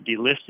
delisted